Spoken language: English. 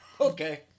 Okay